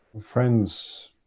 friends